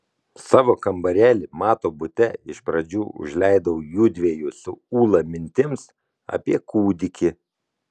savo kambarėlį mato bute iš pradžių užleidau jųdviejų su ūla mintims apie kūdikį